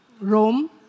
Rome